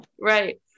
right